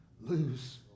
lose